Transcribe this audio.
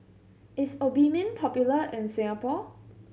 is Obimin popular in Singapore